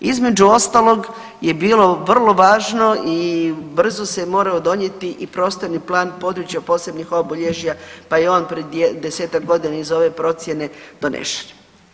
Između ostalog je bilo vrlo važno i brzo se morao donijeti i prostorni plan područja posebnih obilježja, pa je on pred 10-tak godina iza ove procjene donešen.